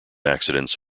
accidents